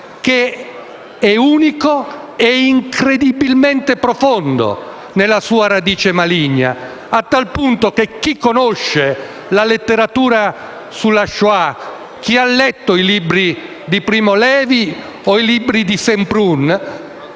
che è unico e incredibilmente profondo nella sua radice maligna, a tal punto che chi conosce la letteratura sulla Shoah, chi ha letto i libri di Primo Levi e di Semprun,